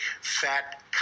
fat